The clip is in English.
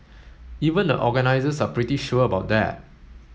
even the organisers are pretty sure about that